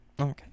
Okay